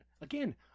again